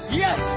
yes